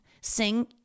sing